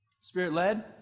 Spirit-led